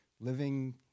living